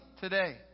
today